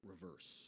reverse